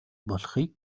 болохыг